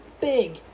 big